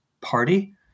party